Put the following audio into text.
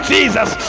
Jesus